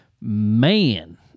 man